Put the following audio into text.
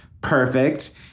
Perfect